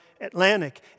Atlantic